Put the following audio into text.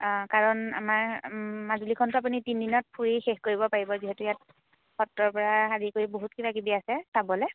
অঁ কাৰণ আমাৰ মাজুলীখনটো আপুনি তিনিদিনত ফুৰি শেষ কৰিব পাৰিব যিহেতু ইয়াত সত্ৰৰপৰা আদি কৰি বহুত কিবাকিবি আছে চাবলৈ